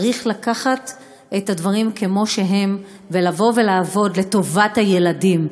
צריך לקחת את הדברים כמו שהם ולבוא ולעבוד לטובת הילדים.